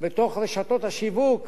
ברשתות השיווק